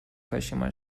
کاشیما